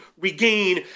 regain